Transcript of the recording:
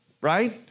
right